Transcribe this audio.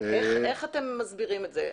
איך אתם מסבירים את זה?